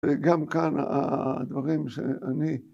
וגם כאן הדברים שאני